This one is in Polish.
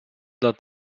dla